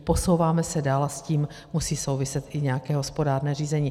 Posouváme se dále a s tím musí souviset i nějaké hospodárné řízení.